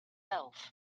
reap